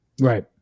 right